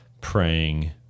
praying